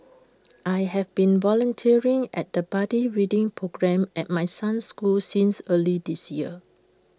I've been volunteering at the buddy reading programme at my son's school since early this year